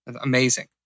Amazing